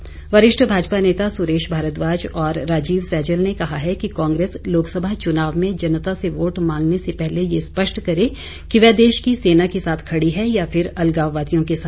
मंत्री वरिष्ठ भाजपा नेता सुरेश भारद्वाज और राजीव सहजल ने कहा है कि कांग्रेस लोकसभा चुनाव में जनता से वोट मांगने से पहले ये स्पष्ट करे कि वह देश की सेना के साथ खड़ी है या फिर अलगाववादियों के साथ